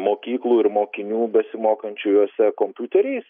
mokyklų ir mokinių besimokančių jose kompiuteriais